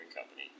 Company